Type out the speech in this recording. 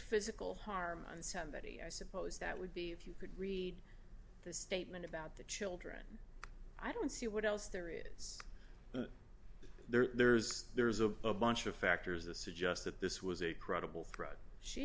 physical harm on somebody i suppose that would be if you could read the statement about the children i don't see what else there is there's there's a bunch of factors the suggest that this was a credible threat she